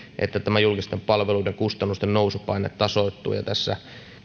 että tämä julkisten palveluiden kustannusten nousupaine tasoittuu ja tässä